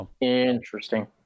Interesting